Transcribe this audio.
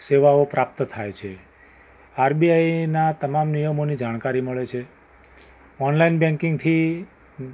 સેવાઓ પ્રાપ્ત થાય છે આર બી આઈના તમામ નિયમોની જાણકારી મળે છે ઑનલાઇન બૅન્કિંગથી